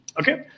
okay